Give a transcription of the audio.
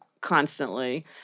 constantly